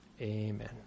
amen